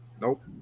Nope